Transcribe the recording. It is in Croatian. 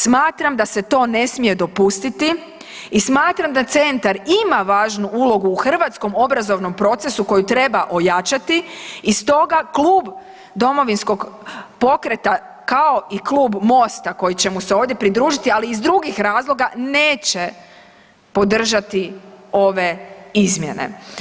Smatram da se to ne smije dopustiti i smatram da centar ima važnu ulogu u hrvatskom obrazovnom procesu koji treba ojačati i stoga klub Domovinskog pokreta kao i klub Mosta koji će mu se ovdje pridružiti ali i iz drugih razloga, neće podržati ove izmjene.